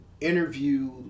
interview